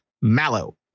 Mallow